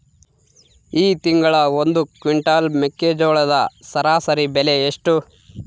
ಈ ತಿಂಗಳ ಒಂದು ಕ್ವಿಂಟಾಲ್ ಮೆಕ್ಕೆಜೋಳದ ಸರಾಸರಿ ಬೆಲೆ ಎಷ್ಟು?